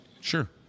Sure